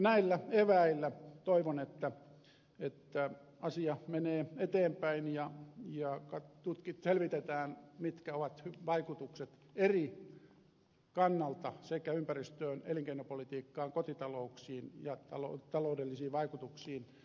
näillä eväillä toivon että asia menee eteenpäin ja selvitetään mitkä ovat vaikutukset eri kannalta ympäristöön elinkeinopolitiikkaan ja kotitalouksiin ja taloudelliset vaikutukset ihmisryhmienkin välillä